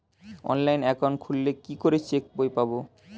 Online account খুললে কি করে চেক বই পাব?